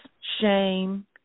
shame